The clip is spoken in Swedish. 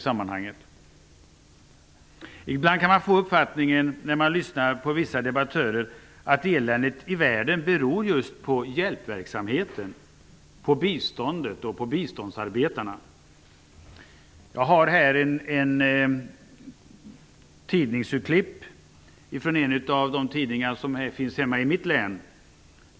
När man lyssnar på vissa debattörer kan man få uppfattningen att eländet i världen beror på just hjälpverksamheten, på biståndet och på biståndsarbetarna. Jag har här ett urklipp ur en av de tidningar som finns hemma i mitt län.